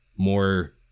more